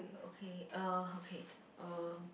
okay uh okay uh